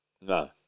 No